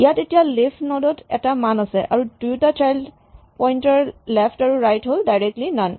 ইয়াত এতিয়া leaf node ত এটা মান আছে আৰু দুয়োটা চাইল্ড পইন্টাৰ লেফ্ট আৰু ৰাইট হ'ল ডাইৰেক্টলী নন